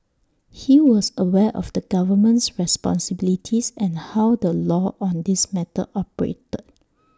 he was aware of the government's responsibilities and how the law on this matter operated